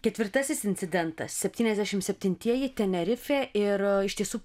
ketvirtasis incidentas septyniasdešim septintieji tenerifė ir ištisų